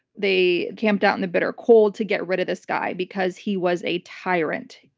they camped out in the bitter cold to get rid of this guy, because he was a tyrant.